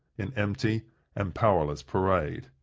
in empty and powerless parade.